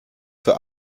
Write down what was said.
für